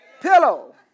pillow